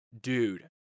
Dude